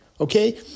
Okay